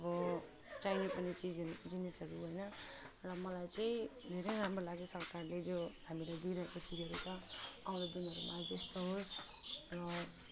अब चाहिने कुनै चिजहरू जिनिसहरू होइन र मलाई चाहिँ धेरै राम्रो लाग्यो सरकारले जो हामीलाई दिइरहेको चिजहरू छ आउँदो दिनहरूमा अझै यस्तो होस् र